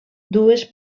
dues